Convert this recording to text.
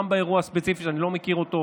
גם באירוע הספציפי, אני לא מכיר את אותו